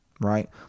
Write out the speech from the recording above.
right